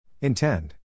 Intend